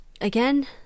again